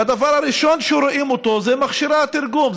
והדבר הראשון שרואים זה מכשירי התרגום.